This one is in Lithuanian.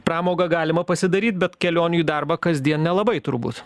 pramogą galima pasidaryt bet kelionių į darbą kasdien nelabai turbūt